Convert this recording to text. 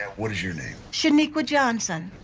what is your name? shouldn't equal johnson.